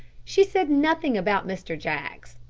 she said nothing about mr. jaggs.